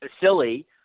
silly